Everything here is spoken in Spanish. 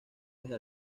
desde